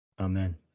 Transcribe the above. Amen